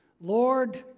Lord